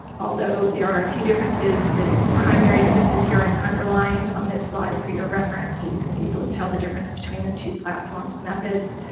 although there are a few differences. the primary differences here i've underlined on this slide for your reference so you can easily tell the difference between the two platforms' methods.